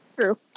True